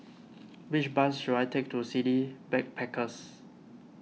which bus should I take to City Backpackers